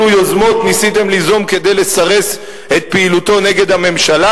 יוזמות ניסיתם ליזום כדי לסרס את פעילותו נגד הממשלה,